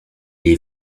est